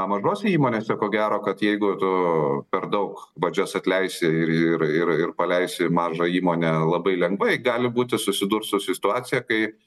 mažose įmonėse ko gero kad jeigu tu per daug valdžias atleisi ir ir ir ir paleisi mažą įmonę labai lengvai gali būti susidurt su situacija kai